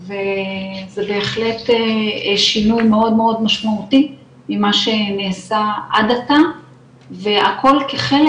וזה בהחלט שינוי מאוד משמעותי ממה שנעשה עד עתה והכול כחלק